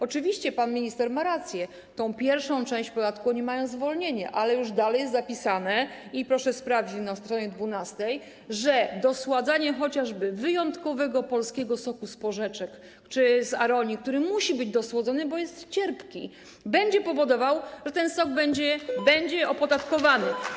Oczywiście, pan minister ma rację, z tej pierwszej części podatku oni są zwolnieni, ale już dalej jest zapisane - i proszę sprawdzić na str. 12 - że dosładzanie chociażby wyjątkowego polskiego soku z porzeczek czy z aronii, który musi być dosłodzony, bo jest cierpki, będzie powodowało, że ten sok będzie opodatkowany.